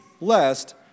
lest